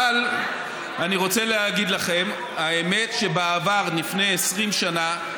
אבל אני רוצה להגיד לכם, האמת שבעבר, לפני 20 שנה,